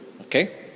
Okay